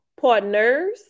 Partners